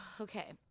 Okay